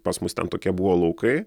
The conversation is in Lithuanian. pas mus ten tokie buvo laukai